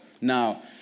Now